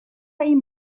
این